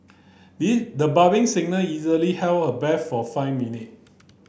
these the budding singer easily held her breath for five minute